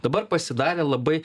dabar pasidarė labai